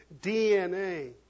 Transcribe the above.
DNA